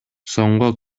сомго